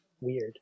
weird